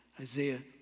Isaiah